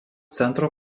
centro